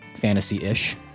fantasy-ish